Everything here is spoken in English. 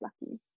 lucky